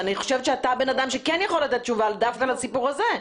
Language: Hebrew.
אני חושבת שאתה הבן אדם שכן יכול לתת תשובה דווקא לסיפור הזה.